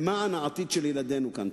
למען העתיד של ילדינו כאן.